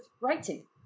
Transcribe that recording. writing